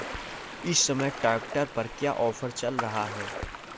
इस समय ट्रैक्टर पर क्या ऑफर चल रहा है?